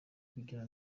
ukugira